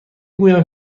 گویم